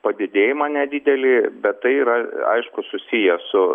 padidėjimą nedidelį bet tai yra aišku susiję su